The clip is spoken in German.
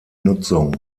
nutzung